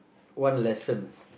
one lesson